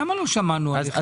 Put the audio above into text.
למה לא שמענו אתכם?